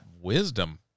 wisdom